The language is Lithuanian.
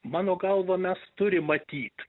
mano galva mes turim matyt